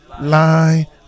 Lie